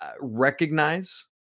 recognize